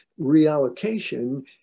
reallocation